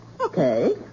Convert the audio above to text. Okay